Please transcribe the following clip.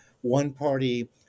one-party